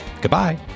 Goodbye